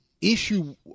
issue